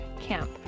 camp